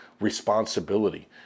responsibility